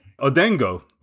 Odango